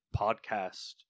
Podcast